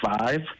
five